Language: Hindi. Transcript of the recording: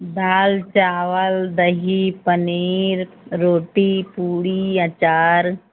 दाल चावल दही पनीर रोटी पूड़ी आचार